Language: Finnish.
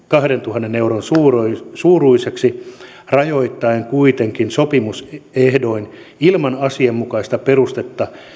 kahdentuhannen euron suuruiseksi suuruiseksi rajoittaen kuitenkin sopimusehdoin ilman asianmukaista perustetta